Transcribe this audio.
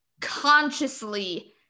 consciously